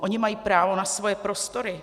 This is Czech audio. Oni mají právo na svoje prostory.